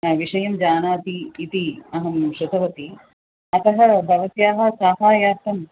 विषयं जानाति इति अहं श्रुतवती अतः भवत्याः सहायार्थां